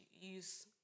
use